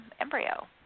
embryo